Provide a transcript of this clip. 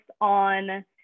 on